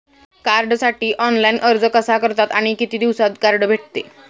कार्डसाठी ऑनलाइन अर्ज कसा करतात आणि किती दिवसांत कार्ड भेटते?